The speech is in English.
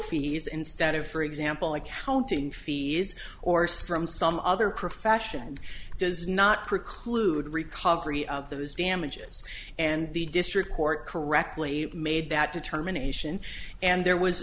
fees instead of for example accounting fees or so from some other profession does not preclude recovery of those damages and the district court correctly made that determination and there was